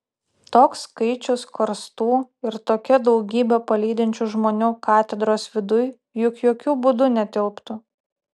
toks skaičius karstų ir tokia daugybė palydinčių žmonių katedros viduj juk jokiu būdu netilptų